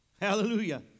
Hallelujah